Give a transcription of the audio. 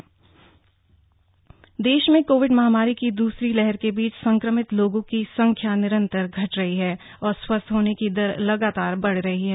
Covid महामारी देश में कोविड महामारी की दूसरी लहर के बीच संक्रमित लोगों की संख्या निरंतर घट रही है और स्वस्थ होने की दर लगातार बढ रही है